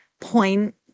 point